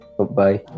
Goodbye